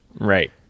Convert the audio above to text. Right